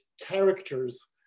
characters